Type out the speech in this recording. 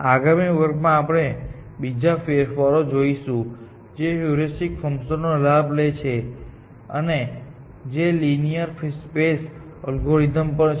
આગામી વર્ગમાં આપણે બીજો ફેરફાર જોઈશું જે હ્યુરિસ્ટિક ફંકશન નો લાભ લે છે અને જે લિનીઅર સ્પેસ એલ્ગોરિધમ પણ છે